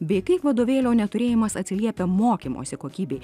bei kaip vadovėlio neturėjimas atsiliepia mokymosi kokybei